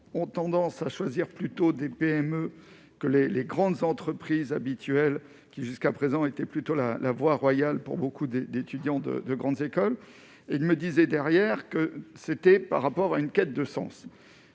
ont tendance à choisir plutôt des PME que les grandes entreprises habituel qui jusqu'à présent étaient plutôt la la voie royale pour beaucoup des d'étudiants de grandes écoles et il me disait derrière que c'était par rapport à une quête de sens,